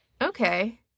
Okay